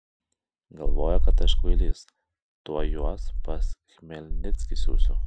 galvoja kad aš kvailys tuoj juos pas chmelnickį siųsiu